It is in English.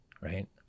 right